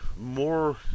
more